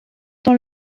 dans